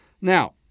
Now